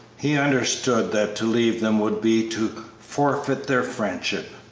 he understood that to leave them would be to forfeit their friendship,